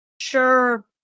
sure